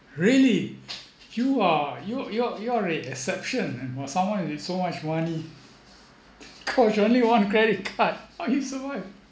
really you are you you're you're really exception for someone with so much money cause you've only one credit card how you survive